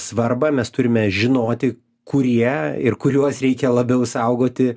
svarbą mes turime žinoti kurie ir kuriuos reikia labiau saugoti